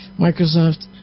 Microsoft